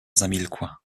zamilkła